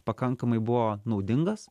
pakankamai buvo naudingas